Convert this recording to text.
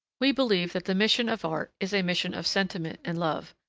we believe that the mission of art is a mission of sentiment and love,